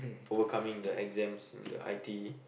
overcoming the exams and the I_T_E